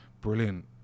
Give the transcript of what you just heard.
brilliant